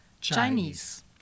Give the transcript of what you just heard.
Chinese